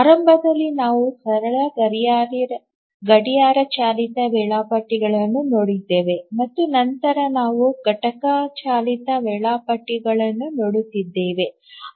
ಆರಂಭದಲ್ಲಿ ನಾವು ಸರಳ ಗಡಿಯಾರ ಚಾಲಿತ ವೇಳಾಪಟ್ಟಿಗಳನ್ನು ನೋಡಿದ್ದೇವೆ ಮತ್ತು ನಂತರ ನಾವು ಘಟನಾ ಚಾಲಿತ ವೇಳಾಪಟ್ಟಿಗಳನ್ನು ನೋಡುತ್ತಿದ್ದೇವೆ